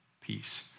peace